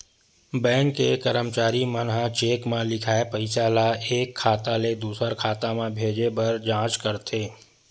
bank के करमचारी मन ह चेक म लिखाए पइसा ल एक खाता ले दुसर खाता म भेजे बर जाँच करथे